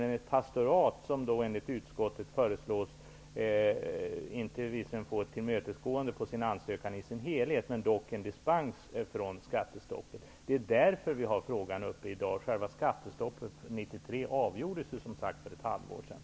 Ett pastorat föreslås enligt utskottet, visserligen inte att få ett tillmötesgående på sin ansökan i dess helhet, men en dispens från skattestoppet. Det är därför som vi diskuterar frågan i dag. Själva skattestoppet för 1993 avgjordes som sagt för ett halvår sedan.